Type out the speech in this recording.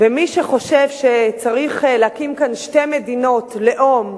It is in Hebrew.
ומי שחושב שצריך להקים כאן שתי מדינות לאום,